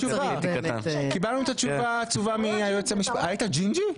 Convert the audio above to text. קיבלנו את התשובה העצובה, היית ג'ינג'י?